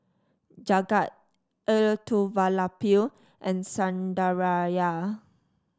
Jagat Elattuvalapil and Sundaraiah